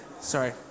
sorry